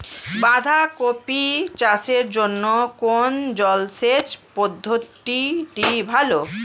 বাঁধাকপি চাষের জন্য কোন জলসেচ পদ্ধতিটি ভালো?